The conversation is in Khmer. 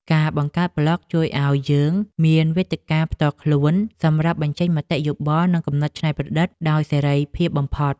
ការបង្កើតប្លក់ជួយឱ្យយើងមានវេទិកាផ្ទាល់ខ្លួនសម្រាប់បញ្ចេញមតិយោបល់ និងគំនិតច្នៃប្រឌិតដោយសេរីភាពបំផុត។